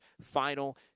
final